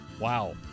Wow